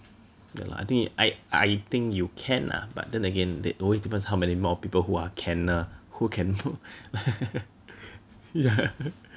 then like I think I I think you can lah but then again that always depends how many more people who are can ah who can do yeah